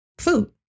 Food